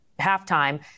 halftime